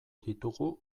ditugu